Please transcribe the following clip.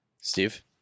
Steve